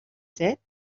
set